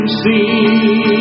see